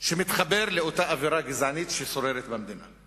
שמתחבר לאותה אווירה גזענית ששוררת במדינה.